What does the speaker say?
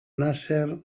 nasser